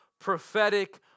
prophetic